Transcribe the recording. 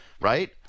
right